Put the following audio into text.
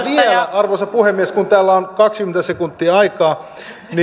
arvoisa puhemies kun täällä on kaksikymmentä sekuntia aikaa